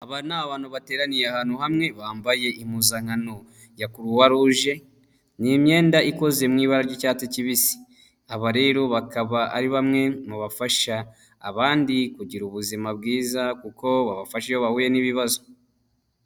Aba ni abantu bateraniye ahantu hamwe, bambaye impuzankano ya kuruwa ruje, ni imyenda ikoze mu iba ry'icyatsi kibisi. Aba rero bakaba ari bamwe mu bafasha abandi kugira ubuzima bwiza, kuko babafasha iyo bahuye n'ibibazo.